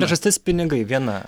priežastis pinigai viena